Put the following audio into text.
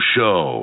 Show